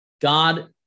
God